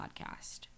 podcast